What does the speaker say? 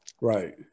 Right